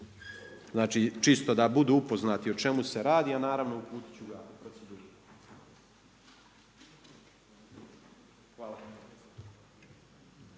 znači čisto da budu upoznati o čemu se radi, a naravno uputit ću ga u proceduru. Hvala.